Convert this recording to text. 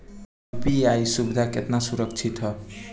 UPI सुविधा केतना सुरक्षित ह?